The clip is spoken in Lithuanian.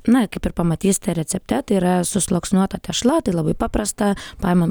na kaip ir pamatysite recepte tai yra susluoksniuota tešla tai labai paprasta paimam